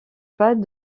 pas